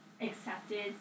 Accepted